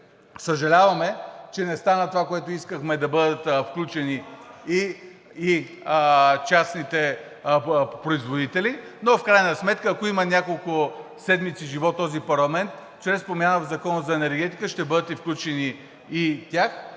съжаляваме, че не стана това, което искахме, да бъдат включени и частните производители, но в крайна сметка, ако има няколко седмици живот този парламент, чрез промяна в Закона за енергетиката и те ще бъдат включени.